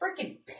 freaking